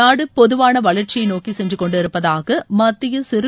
நாடு பொதுவான வளர்ச்சியை நோக்கி சென்று கொண்டிருப்பதாக மத்திய சிறு